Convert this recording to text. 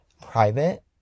private